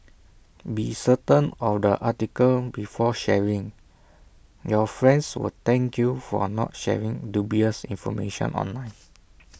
be certain of the article before sharing your friends will thank you for A not sharing dubious information online